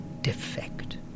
Defect